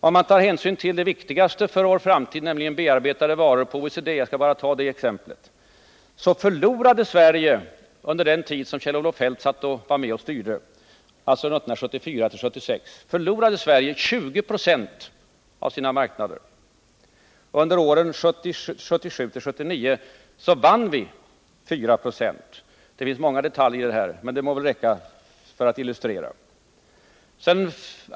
Om vi tar hänsyn till det viktigaste för vår framtid, nämligen bearbetade varor på OECD-marknaden, förlorade Sverige under den tid som Kjell-Olof Feldt var med och styrde, 1974-1976, nära 20 26 av sina marknadsandelar. Under åren 1977-1979 vann vi 4 20. Det finns mycket mer att säga, om vad vi vunnit, men detta må väl räcka som illustration.